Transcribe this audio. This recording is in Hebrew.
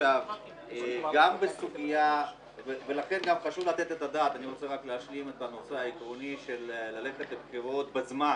אני רוצה רק להשלים את הנושא העקרוני ללכת לבחירות בזמן